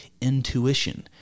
intuition